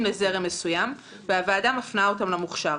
לזרם מסוים והוועדה מפנה אותם למוכש"ר.